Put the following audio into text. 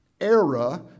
era